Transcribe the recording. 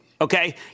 Okay